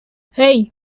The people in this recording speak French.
hey